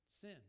sin